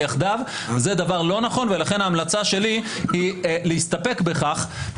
במתווה המוצע, ואני מדבר על זה הקיים,